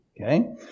Okay